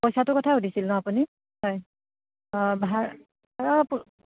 পইচাটোৰ কথা সুধিছিল ন' আপুনি হয়